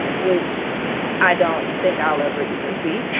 which i don't think i'll ever even see.